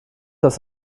das